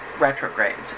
Retrogrades